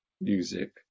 music